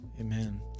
Amen